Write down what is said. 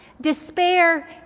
despair